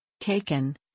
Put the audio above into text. taken